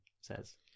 says